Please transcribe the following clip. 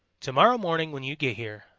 to-morrow morning when you get here,